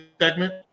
segment